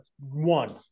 one